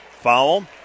Foul